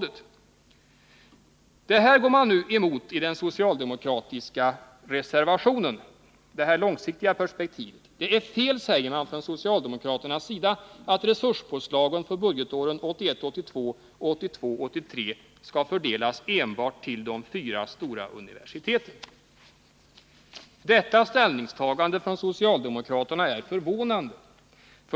Det här långsiktiga perspektivet går man nu emot i den socialdemokratiska reservationen. Det är fel, säger man från socialdemokraternas sida, att resurspåslagen för budgetåren 1981 83 skall fördelas enbart till de fyra stora universiteten. Detta ställningstagande från socialdemokraterna är förvånande.